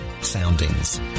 Soundings